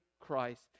Christ